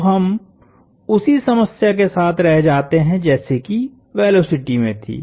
तो हम उसी समस्या के साथ रह जाते हैं जैसी की वेलोसिटी में थी